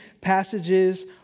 passages